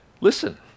Listen